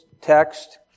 text